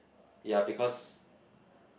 ya because